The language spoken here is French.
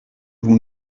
vous